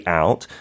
out